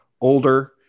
older